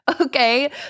okay